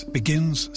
begins